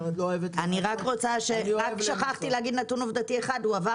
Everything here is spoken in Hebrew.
רק שכחתי להגיד נתון עובדתי אחד: הוא עבר